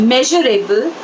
Measurable